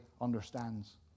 understands